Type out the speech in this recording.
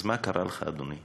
אז מה קרה לך, אדוני?